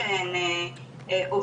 אמרתי שאלי הסרטן לא יגיע,